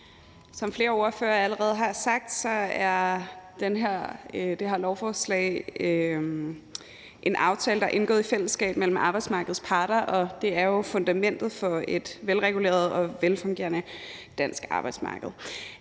Som flere ordførere allerede har sagt, er det her lovforslag en aftale, der er indgået i fællesskab mellem arbejdsmarkedets parter, og det er jo fundamentet for et velreguleret og velfungerende dansk arbejdsmarked.